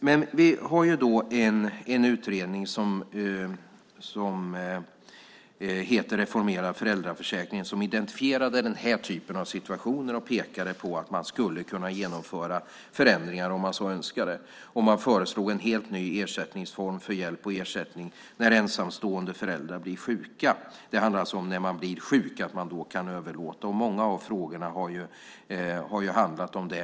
Men vi har en utredning som heter Reformerad föräldraförsäkring som identifierade den här typen av situationer och pekade på att man skulle kunna genomföra förändringar om man så önskade. Man föreslog en helt ny ersättningsform för hjälp och ersättning när ensamstående föräldrar blir sjuka. Det handlar alltså om att kunna överlåta föräldrapenningen när man blir sjuk, och många av frågorna har handlat om det.